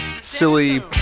silly